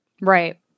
right